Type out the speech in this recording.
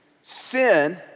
Sin